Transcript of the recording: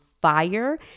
fire